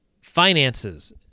finances